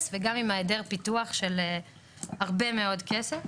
וגם עם ההיעדר פיתוח של הרבה מאוד כסף.